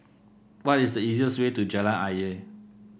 what is the easiest way to Jalan Ayer